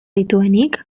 dituenik